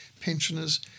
pensioners